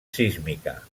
sísmica